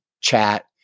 chat